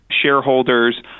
shareholders